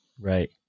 Right